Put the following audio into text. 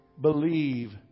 believe